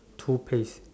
toothpaste